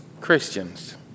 Christians